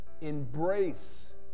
embrace